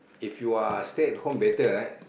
if you are stay at home better right